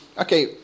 okay